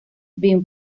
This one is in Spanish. bin